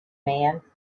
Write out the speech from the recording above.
man